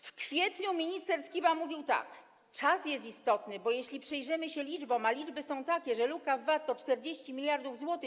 W kwietniu minister Skiba mówił tak: czas jest istotny, bo jeśli przyjrzymy się liczbom, liczby są takie, że luka VAT to 40 mld zł.